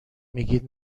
میگید